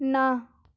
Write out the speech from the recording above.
ਨਾ